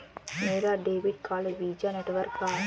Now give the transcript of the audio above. मेरा debit card visa network का है